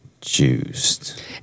Juiced